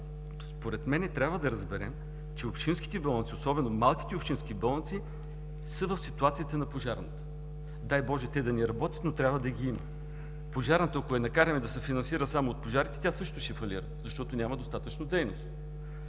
според мен трябва да разберем, че общинските болници, особено малките общински болници, са в ситуацията на пожарна – дай боже, те да не работят, но трябва да ги има. Пожарната, ако трябва да се финансира само от пожарите, тя също ще фалира, защото няма достатъчно дейност.